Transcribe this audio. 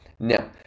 Now